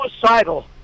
suicidal